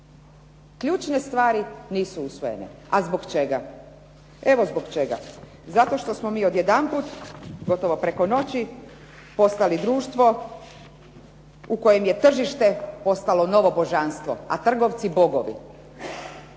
Ključne stvari nisu usvojene. A zbog čega? Evo zbog čega. Zato što smo mi odjedanput gotovo preko noći postali društvo u kojem je tržište postalo novo božanstvo a trgovci bogovi.